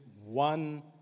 one